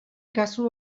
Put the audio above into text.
kasu